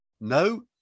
no